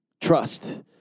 trust